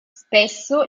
spesso